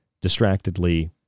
distractedly